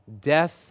Death